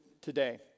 today